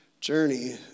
journey